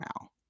now